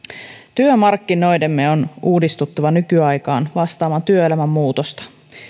työmarkkinoidemme on uudistuttava nykyaikaan vastaamaan työelämän muutosta